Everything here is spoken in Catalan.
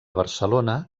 barcelona